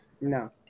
No